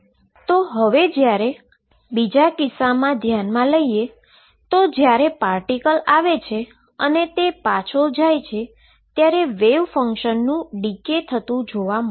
તો હવે જ્યારે આપણે બીજો કિસ્સો ધ્યાનમાં લઈએ તો જ્યારે પાર્ટીકલ આવે છે અને તે પાછો જાય છે ત્યારે વેવ ફંક્શનનું ડીકે જોવા મળે છે